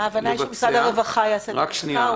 -- ההבנה היא שמשרד הרווחה יעשה את המחקר.